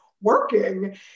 working